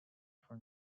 for